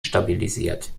stabilisiert